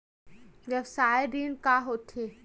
व्यवसाय ऋण का होथे?